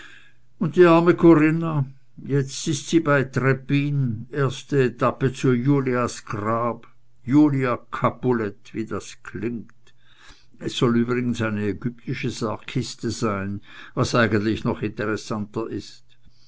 und die arme corinna jetzt ist sie bei trebbin erste etappe zu julias grab julia capulet wie das klingt es soll übrigens eine ägyptische sargkiste sein was eigentlich noch interessanter ist